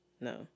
No